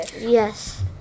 Yes